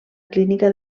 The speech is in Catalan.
clínica